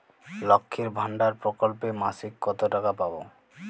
লক্ষ্মীর ভান্ডার প্রকল্পে মাসিক কত টাকা পাব?